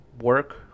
work